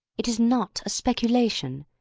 it is not a speculation.